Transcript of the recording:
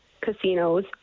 casinos